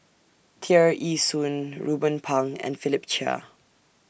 Tear Ee Soon Ruben Pang and Philip Chia